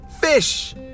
fish